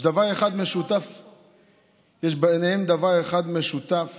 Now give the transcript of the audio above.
יש להם דבר אחד משותף